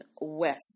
West